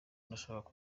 ndashaka